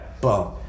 boom